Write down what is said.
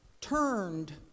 turned